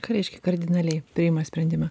ką reiškia kardinaliai priima sprendimą